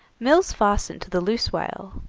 mills fastened to the loose whale,